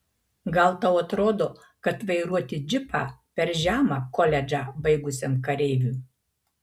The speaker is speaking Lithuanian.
gal tau atrodo kad vairuoti džipą per žema koledžą baigusiam kareiviui